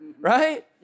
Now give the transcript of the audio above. right